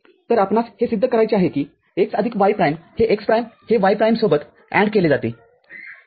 तरआपणास हे सिद्ध करायचे आहे कि x आदिक y प्राईमहे x प्राईमहे y प्राईम सोबत AND केले जाते ठीक आहे